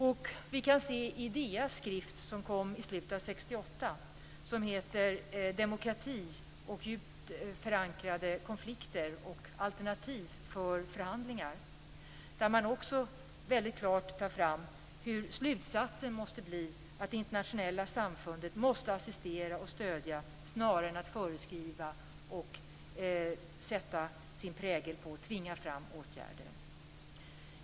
Och vi kan se i IDEA:s skrift som kom i slutet av 1968 och som heter Democracy and Deep-Rooted Demokrati och djupt förankrade konflikter och alternativ för förhandlingar, där man också väldigt klart tar fram hur slutsatsen måste bli att det internationella samfundet måste assistera och stödja snarare än att föreskriva, sätta sin prägel på och tvinga fram åtgärder.